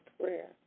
prayer